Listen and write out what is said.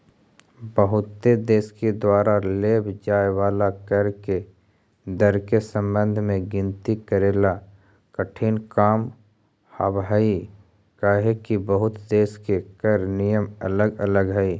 बहुते देश के द्वारा लेव जाए वाला कर के दर के संबंध में गिनती करेला कठिन काम हावहई काहेकि बहुते देश के कर नियम अलग अलग हई